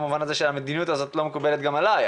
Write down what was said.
במובן הזה שהמדיניות הזו לא מקובלת גם עלי,